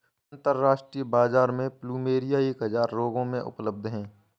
अंतरराष्ट्रीय बाजार में प्लुमेरिया एक हजार रंगों में उपलब्ध हैं